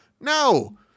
No